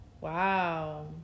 Wow